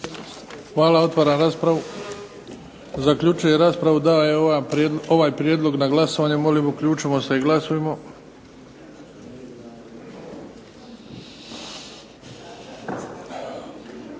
Hvala. Otvaram raspravu. Zaključujem raspravu. Dajem ovaj Prijedlog na glasovanje, molim uključimo se i glasujmo.